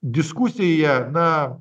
diskusiją na